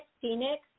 Phoenix